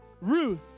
Ruth